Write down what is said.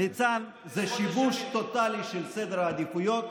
ניצן, זה שיבוש טוטלי של סדר העדיפויות.